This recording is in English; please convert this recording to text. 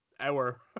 hour